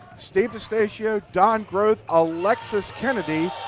steve d'eustachio, donn groth, alexis kennedy,